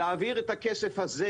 להעביר את הכסף הזה